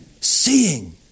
Seeing